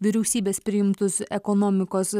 vyriausybės priimtus ekonomikos